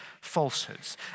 falsehoods